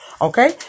okay